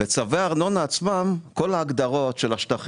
צווי הארנונה עצמם, שכוללים